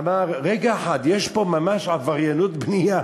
ואמר: רגע אחד, יש פה ממש עבריינות בנייה.